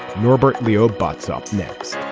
norbert leo butz up next